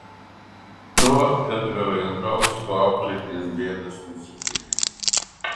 tuo edgaro jankausko auklėtinių bėdos nesibaigė